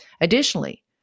Additionally